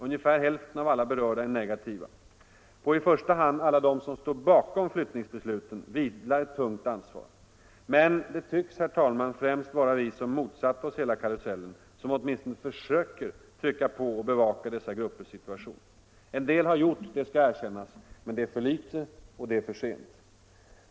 Ungefär hälften av alla berörda är negativa. På i första hand alla dem som står bakom flyttningsbesluten vilar ett tungt ansvar. Men det tycks, herr talman, främst vara vi som motsatt oss hela karusellen som åtminstone försöker trycka på och bevaka dessa gruppers situation. En del har gjorts, vilket skall erkännas, men det är för litet och det är för sent.